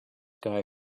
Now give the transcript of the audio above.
guy